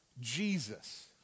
Jesus